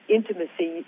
Intimacy